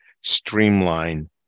streamline